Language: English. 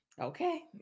Okay